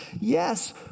yes